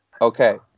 Okay